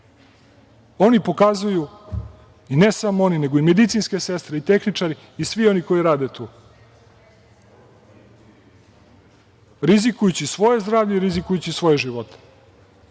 Oni pokazuju, i ne samo oni, nego i medicinske sestre, nego i tehničari i svi oni koji rade tu, rizikujući svoje zdravlje i rizikujući svoje živote…